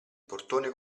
portone